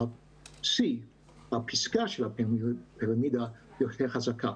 כך הפסגה של הפירמידה יותר חזקה.